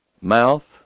mouth